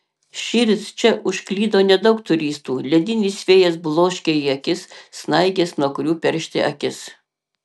šįryt čia užklydo nedaug turistų ledinis vėjas bloškia į akis snaiges nuo kurių peršti akis